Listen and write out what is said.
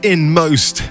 Inmost